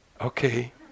Okay